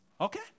Okay